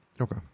Okay